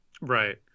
Right